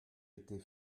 était